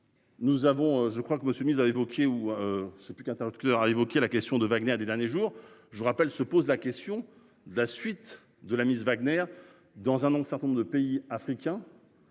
Nous avons, je crois que Monsieur mise à évoquer ou je sais plus qu'interlocuteur a évoqué la question de Wagner des derniers jours. Je rappelle, se pose la question de la suite de la Miss Wagner dans un non certain nombre de pays africains.